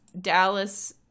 Dallas